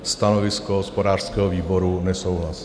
Stanovisko hospodářského výboru: nesouhlas.